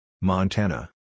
Montana